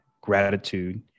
gratitude